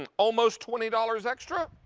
and almost twenty dollars extra.